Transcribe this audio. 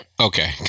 Okay